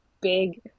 big